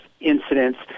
incidents